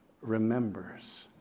remembers